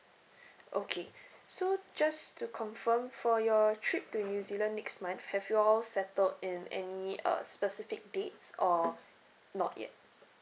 okay so just to confirm for your trip to new zealand next month have you all settled in any uh specific dates or not yet